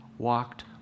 walked